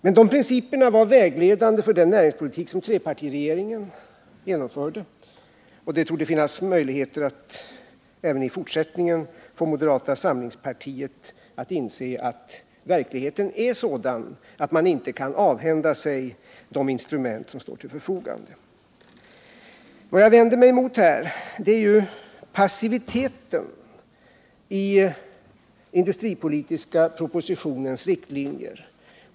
Men dessa principer var vägledande för den näringspolitik som trepartiregeringen genomförde, och det torde finnas möjligheter att även i fortsättningen få moderata samlingspartiet att inse att verkligheten är sådan att man inte kan avhända sig de instrument vilka står till förfogande. Vad jag har vänt mig mot är passiviteten i den industripolitiska propositionens riktlinjer.